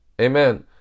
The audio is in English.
Amen